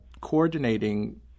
coordinating